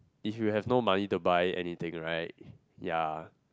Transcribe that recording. if you have no money to buy anything right ya